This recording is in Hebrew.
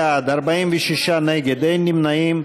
60 בעד, 46 נגד, אין נמנעים.